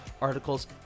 articles